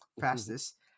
fastest